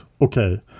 Okay